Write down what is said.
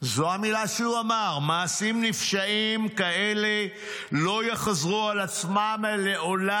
זו המילה שהוא אמר, "כאלה לא יחזרו על עצמם לעולם.